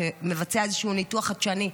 שמבצע איזשהו ניתוח חדשני.